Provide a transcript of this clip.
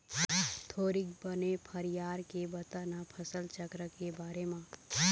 थोरिक बने फरियार के बता न फसल चक्र के बारे म